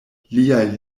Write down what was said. liaj